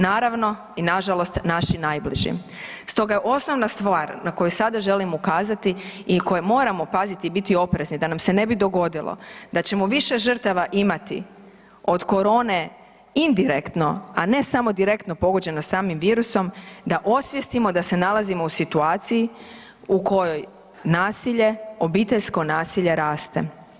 Naravno, i nažalost, naši najbliži, stoga je osnovna stvar na koju sada želim ukazati i koje moramo paziti i biti oprezni, da nam se ne bi dogodilo da ćemo više žrtava imati od korone indirektno, a ne samo direktno pogođeno samim virusom, da osvijestimo da se nalazimo u situaciji u kojoj nasilje, obiteljsko nasilje raste.